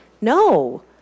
No